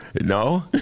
No